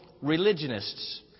religionists